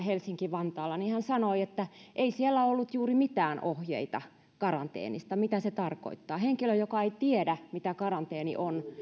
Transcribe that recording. helsinki vantaalle sanoi että ei siellä ollut juuri mitään ohjeita karanteenista mitä se tarkoittaa henkilölle joka ei tiedä mitä karanteeni on